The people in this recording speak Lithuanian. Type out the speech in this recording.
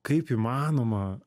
kaip įmanoma